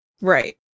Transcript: Right